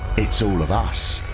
it's all of us.